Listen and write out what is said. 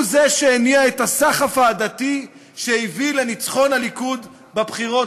הוא זה שהניע את הסחף העדתי שהביא לניצחון הליכוד בבחירות,